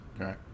okay